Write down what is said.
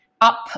up